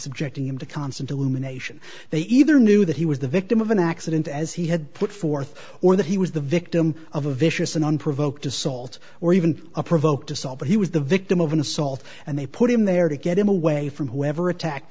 subjecting him to constant illumination they either knew that he was the victim of an accident as he had put forth or that he was the victim of a vicious and unprovoked assault or even a provoked to solve but he was the victim of an assault and they put him there to get him away from whoever attacked